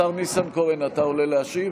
השר ניסנקורן, אתה עולה להשיב?